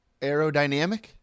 Aerodynamic